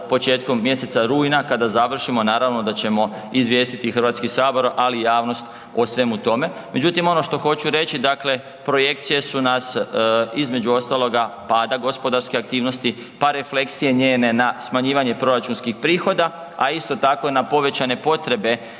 početkom mjeseca rujna. Kada završimo, naravno da ćemo izvijestiti HS, ali i javnost o svemu tome. Međutim, ono što hoću reći, dakle, projekcije su nas, između ostaloga, pada gospodarske aktivnosti, pa refleksije njene na smanjivanje proračunskih prihoda, a isto tako na povećane potrebe